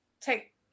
take